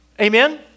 Amen